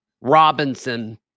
Robinson